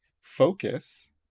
Focus